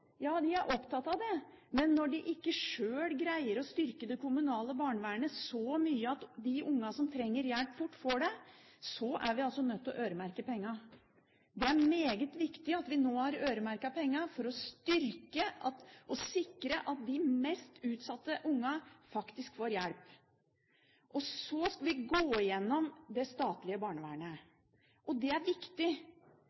Ja, de er opptatt av det, men når de ikke sjøl greier å styrke det kommunale barnevernet så mye at de ungene som trenger hjelp fort, får det, så er vi nødt til å øremerke penger. Det er meget viktig at vi nå har øremerket penger for å styrke og sikre at de mest utsatte ungene faktisk får hjelp. Så skal vi gå igjennom det statlige barnevernet.